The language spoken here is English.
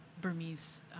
burmese